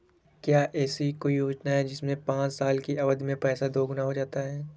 क्या ऐसी कोई योजना है जिसमें पाँच साल की अवधि में पैसा दोगुना हो जाता है?